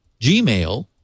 Gmail